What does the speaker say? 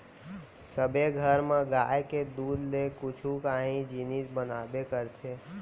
सबे घर म गाय के दूद ले कुछु काही जिनिस बनाबे करथे